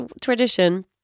tradition